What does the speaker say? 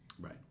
Right